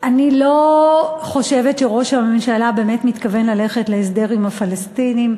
אני לא חושבת שראש הממשלה באמת מתכוון ללכת להסדר עם הפלסטינים.